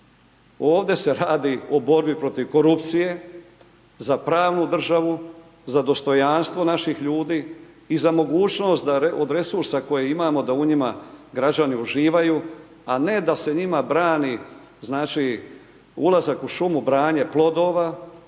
Ovde se radi o borbi protiv korupcije, za pravnu državu za dostojanstvo naših ljudi i za mogućnost da od resursa koje imamo da u njima građani uživaju, a ne da se njima brani znači ulazak u šumu, branje plodova